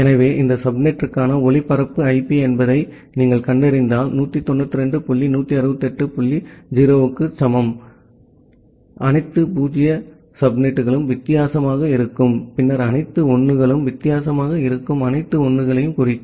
எனவே இந்த சப்நெட்டிற்கான ஒளிபரப்பு ஐபி என்பதை நீங்கள் கண்டறிந்தால் 192 டாட் 168 டாட் 0 க்கு சமமாக இருக்கும் அனைத்து 0 சப்நெட்டுகளும் வித்தியாசமாக இருக்கும் பின்னர் அனைத்து 1 களும் வித்தியாசமாக இருக்கும் அனைத்து 1 களையும் குறிக்கும்